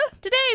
Today